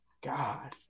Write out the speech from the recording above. God